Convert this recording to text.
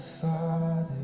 Father